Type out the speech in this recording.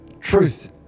truth